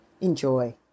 Enjoy